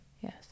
Yes